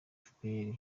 fpr